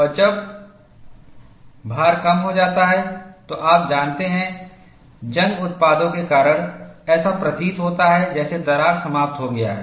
और जब भार कम हो जाता है तो आप जानते हैं जंग उत्पादों के कारण ऐसा प्रतीत होता है जैसे दरार समाप्त हो गया है